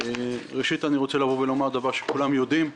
ראשית, אני רוצה לומר דבר שכולם יודעים.